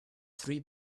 three